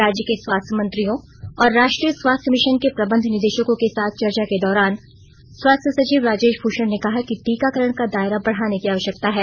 राज्यों के स्वास्थ्य मंत्रियों और राष्ट्रीय स्वास्थ्य मिशन के प्रबंध निदेशकों के साथ चर्चा के दौरान स्वास्थ्य सचिव राजेश भूषण ने कहा कि टीकाकरण का दायरा बढाने की आवश्यकता है